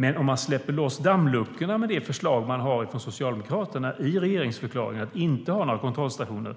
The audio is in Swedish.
Men om man öppnar upp dammluckorna med det förslag Socialdemokraterna har i regeringsförklaringen om att inte ha några kontrollstationer